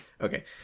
okay